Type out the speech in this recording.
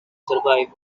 survived